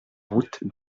route